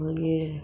मागीर